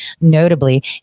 Notably